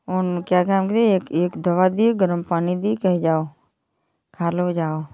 उन क्या काम किए एक एक दवा दिए गरम पानी दी कही जाओ खालो जाओ